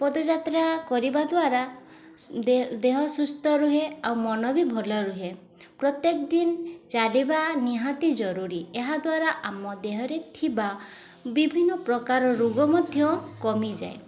ପଦ ଯାତ୍ରା କରିବା ଦ୍ୱାରା ଦେହ ସୁସ୍ଥ ରୁହେ ଆଉ ମନ ବି ଭଲ ରୁହେ ପ୍ରତ୍ୟେକ ଦିନ ଚାଲିବା ନିହାତି ଜରୁରୀ ଏହାଦ୍ୱାରା ଆମ ଦେହରେ ଥିବା ବିଭିନ୍ନ ପ୍ରକାର ରୋଗ ମଧ୍ୟ କମିଯାଏ